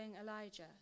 Elijah